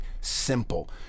simple